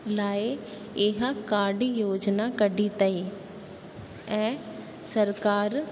लाइ इहा काड योजना कढी अथई ऐं सरकारु